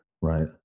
Right